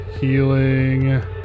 healing